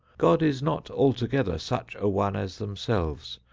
god is not altogether such a one as themselves,